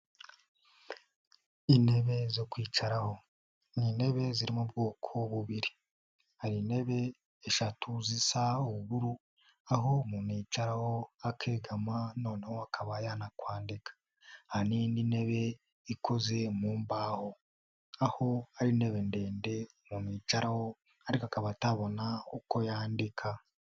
Intebe zo kwicaraho, n'intebe ziri mu ubwoko bubiri, hari intebe eshatu zisa ubururu aho umuntu yicaraho akegama noneho akaba yanakwandika, ahanini ni intebe ikoze mu mbahoho, aho ari intebe ndende umuntu yicaraho ariko akaba atabona uko yandika.